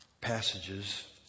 passages